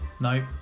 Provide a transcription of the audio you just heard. Nope